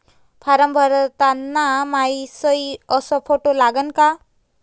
Form भरताना मायी सयी अस फोटो लागन का?